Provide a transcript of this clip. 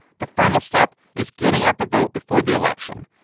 the final step is getting out the vote before the election.